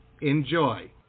enjoy